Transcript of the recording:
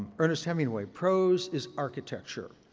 ernest hemingway, prose is architecture,